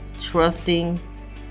trusting